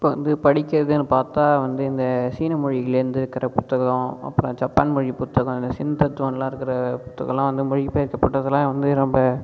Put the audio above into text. இப்போ வந்து படிக்கிறதுனு பார்த்தா வந்து இந்த சீன மொழியிலேர்ந்து இருக்கிற புத்தகம் அப்புறம் ஜப்பான் மொழி புத்தகம் இந்த ஜென் தத்துவம்லாம் இருக்கிற புத்தகம்லாம் வந்து மொழிப் பெயர்க்கப்பட்டதுலாம் வந்து ரொம்ப